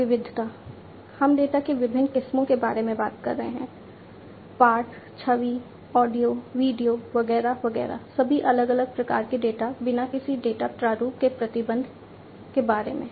विविधता हम डेटा की विभिन्न किस्मों के बारे में बात कर रहे हैं पाठ छवि ऑडियो वीडियो वगैरह वगैरह सभी अलग अलग प्रकार के डेटा बिना किसी डेटा प्रारूप के प्रतिबंध के बारे में